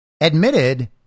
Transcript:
admitted